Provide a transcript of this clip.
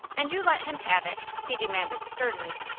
and you let him have it? he demanded, sternly.